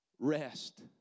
Rest